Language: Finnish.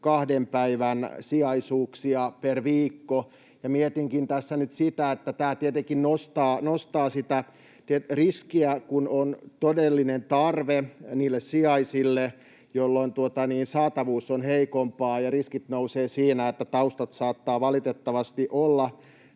kahden päivän sijaisuuksia per viikko, ja mietinkin tässä nyt sitä, että tämä tietenkin nostaa sitä riskiä, kun on todellinen tarve niille sijaisille, jolloin saatavuus on heikompaa, että taustat saattavat valitettavasti olla